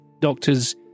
Doctor's